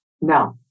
No